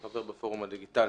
חבר בפורום הדיגיטלי.